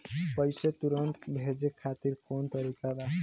पैसे तुरंत भेजे खातिर कौन तरीका बा?